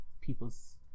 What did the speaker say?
people's